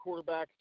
quarterbacks